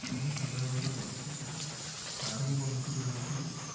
ଆମେ ସାଧାରଣତଃ ଗଛ ସବୁ ଫାର୍ମମାନଙ୍କରୁ ଆଣିଥାଉ